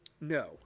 No